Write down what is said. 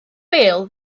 bêl